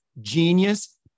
genius